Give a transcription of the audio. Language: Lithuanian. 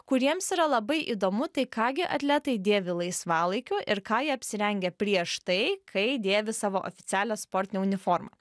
kuriems yra labai įdomu tai ką gi atletai dėvi laisvalaikiu ir ką jie apsirengę prieš tai kai dėvi savo oficialią sportinę uniformą